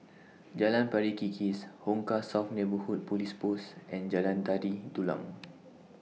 Jalan Pari Kikis Hong Kah South Neighbourhood Police Post and Jalan Tari Dulang